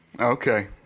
Okay